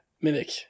mimic